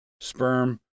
sperm